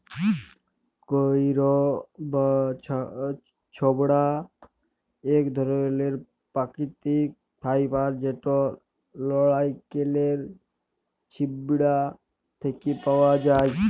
কইর বা ছবড়া ইক ধরলের পাকিতিক ফাইবার যেট লাইড়কেলের ছিবড়া থ্যাকে পাউয়া যায়